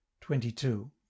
Twenty-two